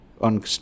on